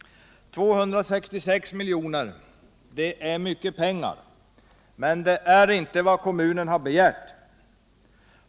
266 milj.kr. är mycket pengar, men det är inte vad kommunen har begärt.